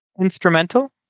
instrumental